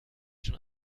schon